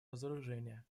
разоружения